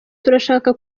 turashaka